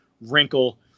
wrinkle